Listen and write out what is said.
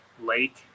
lake